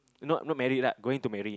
not not married lah going to marry